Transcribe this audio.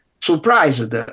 surprised